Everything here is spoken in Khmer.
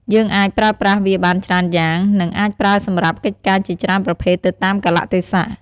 យើងអាចប្រើប្រាស់វាបានច្រើនយ៉ាង និងអាចប្រើសម្រាប់កិច្ចការជាច្រើនប្រភេទទៅតាមកាលៈទេសៈ។